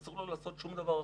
אסור לו לעשות שום דבר אחר.